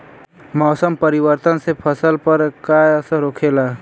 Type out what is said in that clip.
मौसम परिवर्तन से फसल पर का असर होखेला?